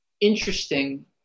interesting